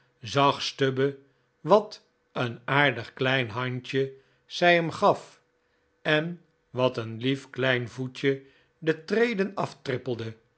wat een aardig klein handje zij hem gaf en wat een lief klein voetje de treden aftrippelde